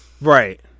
right